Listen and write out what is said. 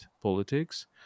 politics